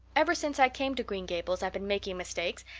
ever since i came to green gables i've been making mistakes,